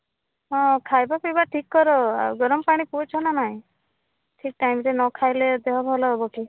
ହଁ ଖାଇବା ପିଇବା ଠିକ୍ କର ଆଉ ଗରମ ପାଣି ପିଉଛ ନା ନାହିଁ ଠିକ୍ ଟାଇମ୍ରେ ନ ଖାଇଲେ ଦେହ ଭଲ ହବ କି